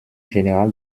général